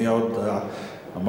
אני עוד אמרתי,